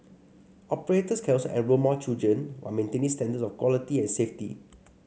operators can also enrol more children while maintaining standards of quality and safety